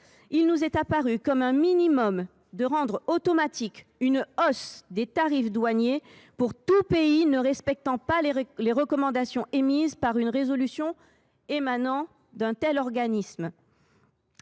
il nous est apparu comme un minimum de rendre automatique une hausse des tarifs douaniers pour tout pays ne respectant pas les recommandations émises par une résolution en émanant.